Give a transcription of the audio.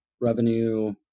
revenue